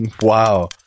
Wow